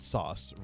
Sauce